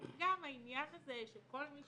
גם העניין הזה, שכל מי